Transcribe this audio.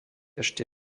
ešte